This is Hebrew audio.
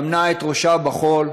טמנה את ראשה בחול.